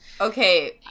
Okay